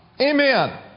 Amen